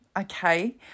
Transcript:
Okay